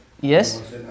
Yes